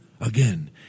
Again